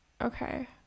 okay